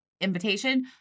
invitation